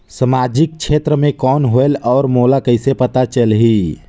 समाजिक क्षेत्र कौन होएल? और मोला कइसे पता चलही?